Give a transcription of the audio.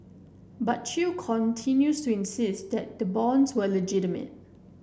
but Chew continues to insist that the bonds were legitimate